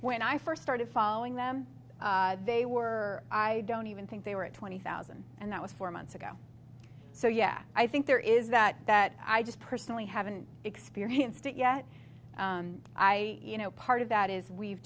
when i first started following them they were i don't even think they were at twenty thousand and that was four months ago so yeah i think there is that that i just personally haven't experienced it yet i you know part of that is we've